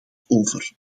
over